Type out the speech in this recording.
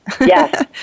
Yes